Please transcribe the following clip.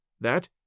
that